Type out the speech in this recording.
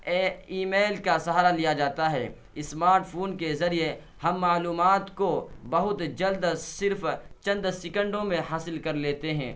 اے email کا سہارا لیا جاتا ہے اسمارٹ فون کے ذریعے ہم معلومات کو بہت جلد صرف چند سیکنڈوں میں حاصل کر لیتے ہیں